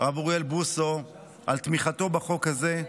הרב אוריאל בוסו על תמיכתו בחוק הזה.